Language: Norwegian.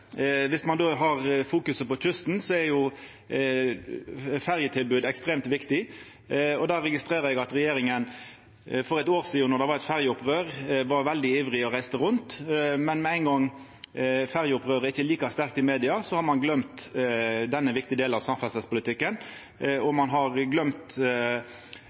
Viss ein då fokuserer på kysten, er ferjetilbod ekstremt viktig. Eg registrerer at regjeringa for eitt år sidan, då det var eit ferjeopprør, var veldig ivrig og reiste rundt, men med ein gong ferjeopprøret ikkje er like sterkt i media, har ein gløymt denne viktige delen av samferdselspolitikken. Ein har